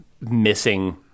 missing